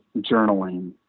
journaling